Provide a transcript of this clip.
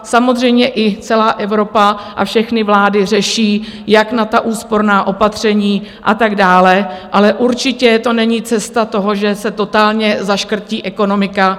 Samozřejmě celá Evropa a všechny vlády řeší, jak na ta úsporná opatření a tak dále, ale určitě cestou není, že se totálně zaškrtí ekonomika.